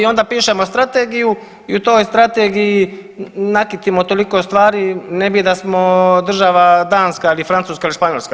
I onda pišemo strategiju i u toj strategiji nakitimo toliko stvari ne bi da smo država Danska, ili Francuska ili Španjolska.